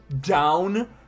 down